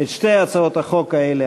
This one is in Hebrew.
את שתי הצעות החוק האלה,